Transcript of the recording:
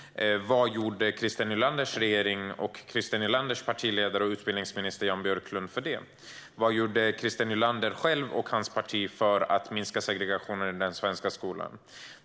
Vad gjorde Christer Nylanders regering och Christer Nylanders partiledare och utbildningsminister Jan Björklund åt det? Vad gjorde Christer Nylander själv, och hans parti, för att minska segregationen i den svenska skolan?